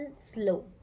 slow